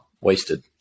wasted